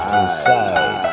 inside